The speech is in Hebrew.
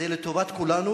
זה לטובת כולנו,